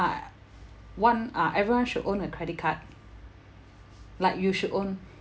uh one uh everyone should own a credit card like you should own